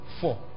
Four